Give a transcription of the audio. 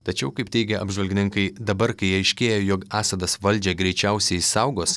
tačiau kaip teigia apžvalgininkai dabar kai aiškėja jog asadas valdžią greičiausiai išsaugos